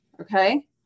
okay